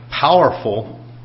powerful